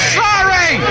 sorry